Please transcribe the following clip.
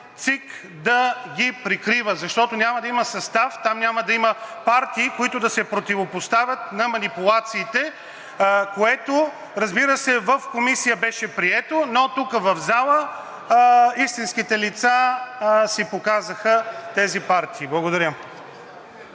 ЦИК да ги прикрива, защото няма да има състав, там няма да има партии, които да се противопоставят на манипулациите, което, разбира се, в Комисията беше прието, но тук в залата тези партии показаха истинските си лица. Благодаря.